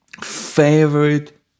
favorite